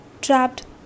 Trapped